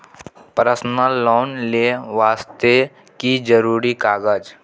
Personal loan ले वास्ते की जरुरी कागज?